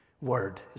word